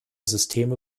systeme